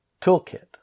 toolkit